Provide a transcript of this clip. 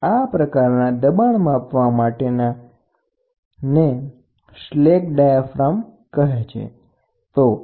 આ પ્રકારનું ટ્રાન્સડ્યુસર કે જેનો ઉપયોગ દબાણ માપવા માટે થાય તેને સ્લેક ડાયાફાર્મ કહે છે બરાબર